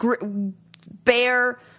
bear